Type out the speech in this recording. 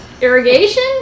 Irrigation